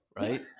right